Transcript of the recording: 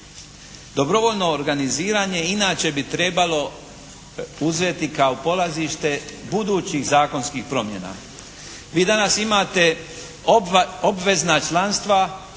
Dobrovoljno organiziranje inače bi trebalo uzeti kao polazište budućih zakonskih promjena. Vi danas imate obvezna članstva